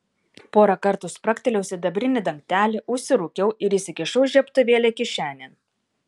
porą kartų spragtelėjau sidabrinį dangtelį užsirūkiau ir įsikišau žiebtuvėlį kišenėn